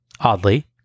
oddly